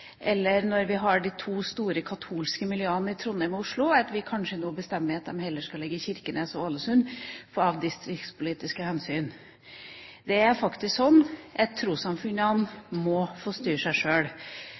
Eller de to store katolske miljøene i Trondheim og Oslo: at vi kanskje heller bestemmer at de skal ligge i Kirkenes og Ålesund, av distriktspolitiske hensyn? Det er faktisk sånn at